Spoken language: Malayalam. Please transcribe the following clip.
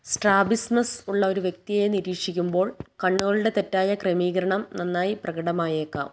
സ്ട്രാബിസ്മസ് ഉള്ള ഒരു വ്യക്തിയെ നിരീക്ഷിക്കുമ്പോൾ കണ്ണുകളുടെ തെറ്റായ ക്രമീകരണം നന്നായി പ്രകടമായേക്കാം